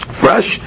fresh